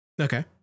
okay